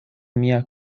mia